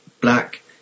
black